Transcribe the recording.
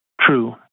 true